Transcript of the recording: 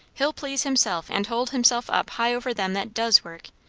he'll please himself, and hold himself up high over them that does work.